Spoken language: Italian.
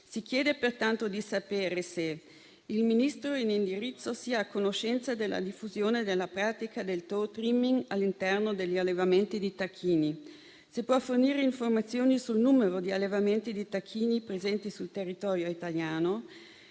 Si chiede pertanto di sapere se il Ministro in indirizzo sia a conoscenza della diffusione della pratica del *toe trimming* all'interno degli allevamenti di tacchini, se può fornire informazioni sul numero di allevamenti di tacchini presenti sul territorio italiano